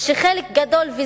שחלק גדול,